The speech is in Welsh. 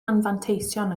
anfanteision